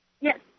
Yes